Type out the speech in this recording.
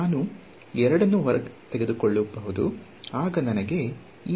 ನಾನು 2 ಅನ್ನುಹೊರಗೆ ತೆಗೆದುಕೊಳ್ಳಬಹುದು ಆಗ ನನಗೆ ಸಿಗುತ್ತದೆ